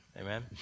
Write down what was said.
Amen